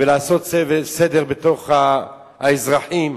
ולעשות סדר בתוך האזרחים.